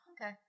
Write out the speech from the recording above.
okay